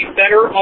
better